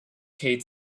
kate